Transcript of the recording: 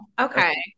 Okay